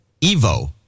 Evo